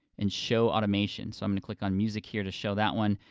and show automation. so i'm gonna click on music here to show that one,